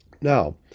Now